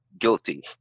guilty